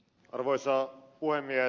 arvoisa puhemies